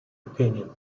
opinion